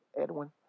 Edwin